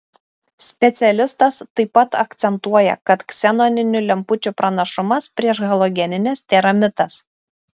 specialistas taip pat akcentuoja kad ksenoninių lempučių pranašumas prieš halogenines tėra mitas